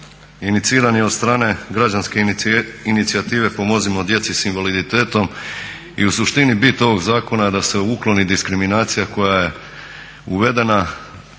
Iniciran je od strane građanske inicijative "Pomozimo djeci s invaliditetom." I u suštini bit ovog zakona je da se ukloni diskriminacija koja je uvedena